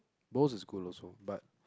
Bose is good also but